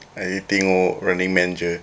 I tengok running man jer